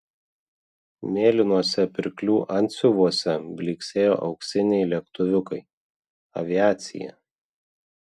mėlynuose pirklių antsiuvuose blyksėjo auksiniai lėktuviukai aviacija